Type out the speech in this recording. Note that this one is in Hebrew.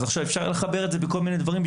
אפשר לחבר את זה בכל מיני דברים,